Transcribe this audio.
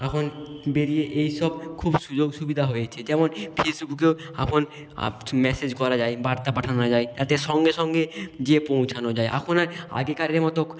এহেন বেরিয়ে এই সব খুব সুযোগ সুবিধা হয়েছে যেমন ফেসবুকেও আফন আপ মেসেজ করা যায় বার্তা পাঠানো যায় তাতে সঙ্গে সঙ্গে যেয়ে পৌঁছানো যায় এখন আর আগেকারের মতো